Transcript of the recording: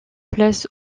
place